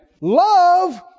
Love